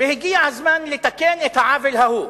הגיע הזמן לתקן את העוול ההוא.